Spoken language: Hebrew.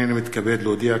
הנני מתכבד להודיע,